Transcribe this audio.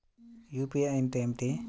UPI అంటే ఏమిటీ?